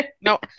No